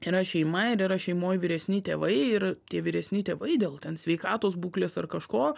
yra šeima ir yra šeimoj vyresni tėvai ir tie vyresni tėvai dėl ten sveikatos būklės ar kažko